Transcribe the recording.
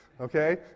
Okay